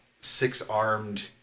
six-armed